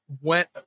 went